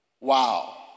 Wow